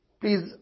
please